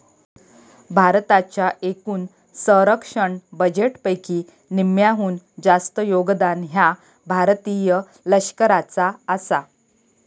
भारताच्या एकूण संरक्षण बजेटपैकी निम्म्याहून जास्त योगदान ह्या भारतीय लष्कराचा आसा